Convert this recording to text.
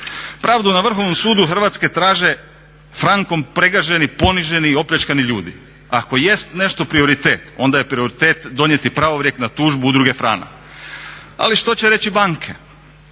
Pravdu na Vrhovnom sudu Hrvatske traže frankom pregaženi, poniženi i opljačkani ljudi. Ako jest nešto prioritet onda je prioritet donijeti pravorijek na tužbu Udruge "Franak". Ali što će reći banke?